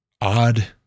odd